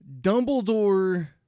Dumbledore